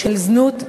של זנות,